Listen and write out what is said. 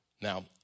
Now